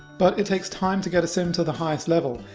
but it takes time to get a sim to the highest level.